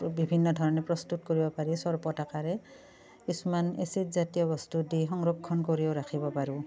বিভিন্ন ধৰণে প্ৰস্তুত কৰিব পাৰি চৰবত আকাৰে কিছুমান এচিদ জাতীয় বস্তু দি সংৰক্ষণ কৰিও ৰাখিব পাৰো